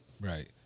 right